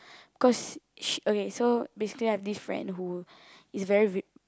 cause she okay so basically I have this friend who is very re~